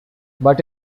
but